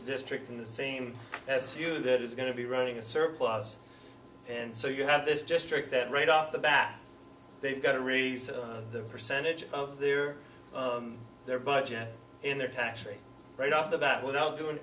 district in the same su that is going to be running a surplus and so you have this just trick that right off the bat they've got to release the percentage of their their budget in their tax free right off the bat without doing